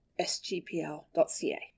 sgpl.ca